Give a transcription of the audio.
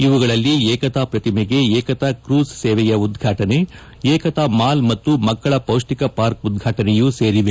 ಇವುಗಳಲ್ಲಿ ಏಕತಾ ಪ್ರತಿಮೆಗೆ ಏಕತಾ ಕ್ರೂಸ್ ಸೇವೆಯ ಉದ್ವಾಟನೆ ಏಕತಾ ಮಾಲ್ ಮತ್ತು ಮಕ್ಕಳ ಪೌಷ್ಲಿಕ ಪಾರ್ಕ್ ಉದ್ವಾಟನೆಯೂ ಸೇರಿದೆ